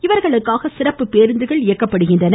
இவர்களுக்காக சிறப்பு பேருந்துகள் இயக்கப்பட உள்ளன